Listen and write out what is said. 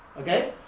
okay